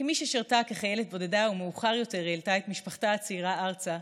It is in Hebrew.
כמי ששירתה כחיילת בודדה ומאוחר יותר העלתה את משפחתה הצעירה ארצה,